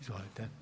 Izvolite.